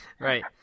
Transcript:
Right